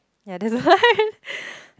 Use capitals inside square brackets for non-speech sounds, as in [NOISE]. ya that's why [LAUGHS]